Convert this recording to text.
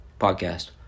podcast